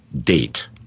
date